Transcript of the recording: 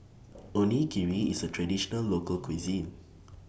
Onigiri IS A Traditional Local Cuisine